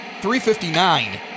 359